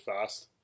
fast